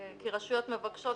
כי רשויות מבקשות,